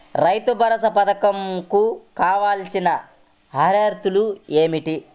రైతు భరోసా పధకం కు కావాల్సిన అర్హతలు ఏమిటి?